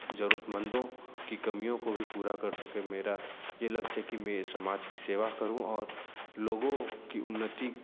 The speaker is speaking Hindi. ज़रूरतमंदों की कमियों को भी पूरा कर सके मेरा ये लक्ष्य है कि मैं इस समाज की सेवा करूँ और लोगों की उन्नति